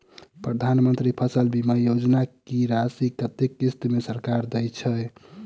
प्रधानमंत्री फसल बीमा योजना की राशि कत्ते किस्त मे सरकार देय छै?